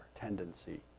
tendency